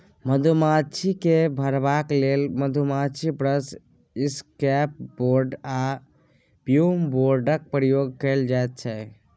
मधुमाछी केँ भगेबाक लेल मधुमाछी ब्रश, इसकैप बोर्ड आ फ्युम बोर्डक प्रयोग कएल जाइत छै